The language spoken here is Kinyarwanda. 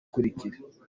ukurikira